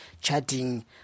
chatting